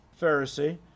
Pharisee